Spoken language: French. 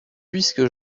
puisque